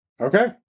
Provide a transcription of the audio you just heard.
Okay